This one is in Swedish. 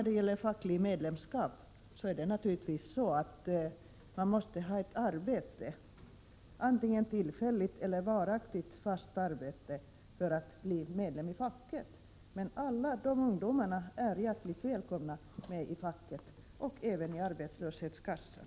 Beträffande fackligt medlemskap: Man måste naturligtvis ha ett arbete, antingen tillfälligt eller fast, för att bli medlem i facket. Men alla de ungdomarna är hjärtligt välkomna att vara med i facket och även i arbetslöshetskassan.